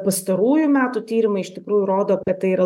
pastarųjų metų tyrimai iš tikrųjų rodo kad tai yra